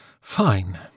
Fine